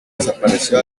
desapareció